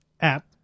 app